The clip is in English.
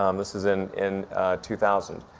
um this is in in two thousand.